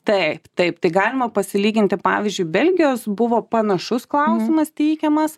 taip taip tai galima pasilyginti pavyzdžiui belgijos buvo panašus klausimas teikiamas